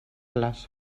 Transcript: les